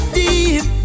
deep